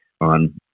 on